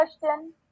question